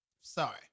Sorry